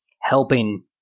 helping